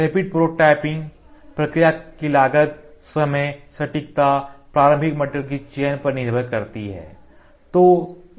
rapid prototyping प्रक्रिया की लागत समय सटीकता प्राथमिक मटेरियल की चयन पर निर्भर करती है